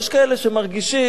ויש כאלה שמרגישים